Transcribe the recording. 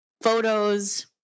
photos